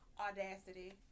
audacity